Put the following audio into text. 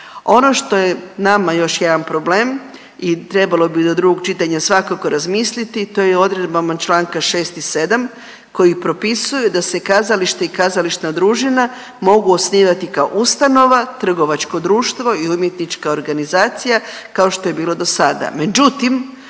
Ono što je nama još jedan problem i trebalo bi do drugog čitanja svakako razmisliti, to je o odredbama čl. 6. i 7. koji propisuje da se kazalište i kazališna družina mogu osnivati kao ustanova, trgovačko društvo i umjetnička organizacija kao što je bilo dosada,